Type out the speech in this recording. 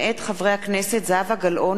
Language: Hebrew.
מאת חברי הכנסת יריב לוין,